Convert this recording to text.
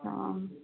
हँ